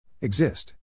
Exist